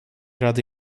rady